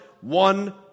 one